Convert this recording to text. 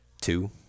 two